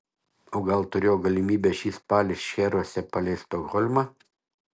o gal turėjo galimybę šį spalį šcheruose palei stokholmą